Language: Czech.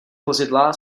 vozidla